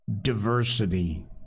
diversity